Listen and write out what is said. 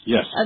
Yes